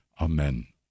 Amen